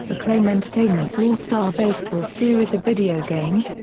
acclaim entertainment's all-star baseball series of video games,